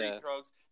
drugs